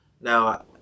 Now